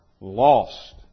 lost